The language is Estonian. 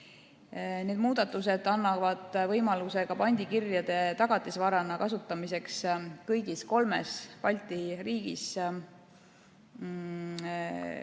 Need muudatused annavad võimaluse ka pandikirjade tagatisvarana kasutamiseks kõigis kolmes Balti riigis.